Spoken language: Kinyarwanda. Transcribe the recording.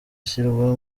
ashyirwa